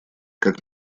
как